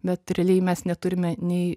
bet realiai mes neturime nei